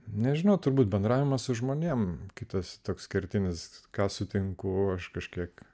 nežinau turbūt bendravimą su žmonėms kitas toks kertinis ką sutinku aš kažkiek